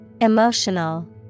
Emotional